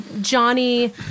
Johnny